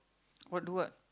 what do what